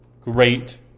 great